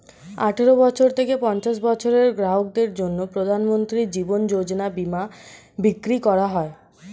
আঠারো থেকে পঞ্চাশ বছরের গ্রাহকদের জন্য প্রধানমন্ত্রী জীবন যোজনা বীমা বিক্রি করা হয়